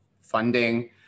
funding